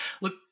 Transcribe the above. Look